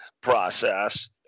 process